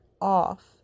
off